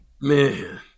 Man